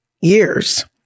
years